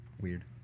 Weird